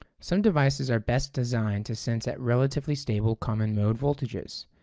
some devices are best designed to sense at relatively stable common-mode voltages,